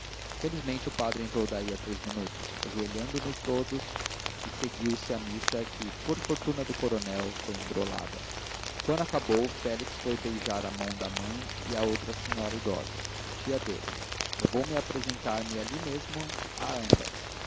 felizmente o padre entrou daí a três minutos ajoelhamo nos todos e seguiu-se a missa que por fortuna do coronel foi engrolada quando acabou félix foi beijar a mão à mãe e à outra senhora idosa tia dele levou-me e apresentou-me ali mesmo a ambas